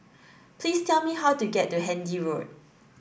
please tell me how to get to Handy Road